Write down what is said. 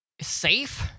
safe